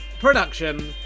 production